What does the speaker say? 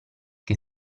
che